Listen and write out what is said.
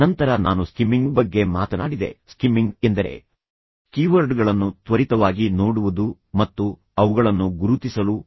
ನಂತರ ನಾನು ಸ್ಕಿಮ್ಮಿಂಗ್ ಬಗ್ಗೆ ಮಾತನಾಡಿದೆ ಸ್ಕಿಮ್ಮಿಂಗ್ ಎಂದರೆ ಕೀವರ್ಡ್ಗಳನ್ನು ತ್ವರಿತವಾಗಿ ನೋಡುವುದು ಮತ್ತು ಅವುಗಳನ್ನು ಗುರುತಿಸಲು ಪ್ರಯತ್ನಿಸುವುದು